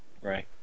Right